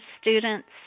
students